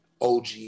OG